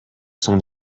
sont